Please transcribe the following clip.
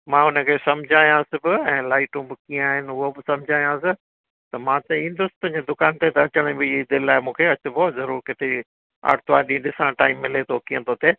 मां उनखे समुझायांसि बि ऐं लाइटूं बि कीअं आहिनि उहो बि समुझायांसि त मां त ईंदुसि तुंहिंजी दुकान ते त अचण जी दिलि आहे मूंखे अचिबो ज़रूरु किथे आर्तवारु ॾींहं ॾिसां टाइम मिले थो कीअं थो थिए